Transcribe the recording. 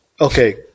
Okay